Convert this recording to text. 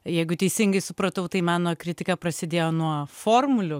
jeigu teisingai supratau tai meno kritika prasidėjo nuo formulių